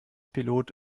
pilot